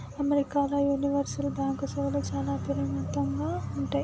అమెరికాల universal bank సేవలు చాలా అపరిమితంగా ఉంటయ్